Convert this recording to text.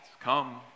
Come